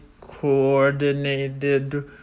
coordinated